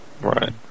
Right